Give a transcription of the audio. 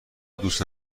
دوست